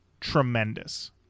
tremendous